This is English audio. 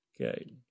Okay